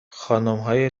خانمهای